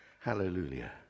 Hallelujah